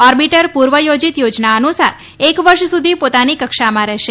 orbiter પૂર્વ યોજીત યોજના અનુસાર એક વર્ષ સુધી પોતાની કક્ષામાં રહેશે